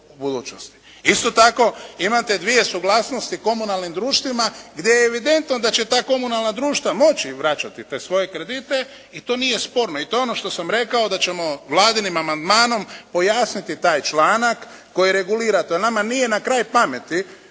Isto tako imate dvije suglasnosti u komunalnim društvima gdje je evidentno da će ta komunalna društva moći vraćati te svoje kredite. I to nije sporno i to je ono što sam rekao da ćemo vladinim amandmanom pojasniti taj članak koji regulira, to nama nije na kraj pameti